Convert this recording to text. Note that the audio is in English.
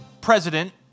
President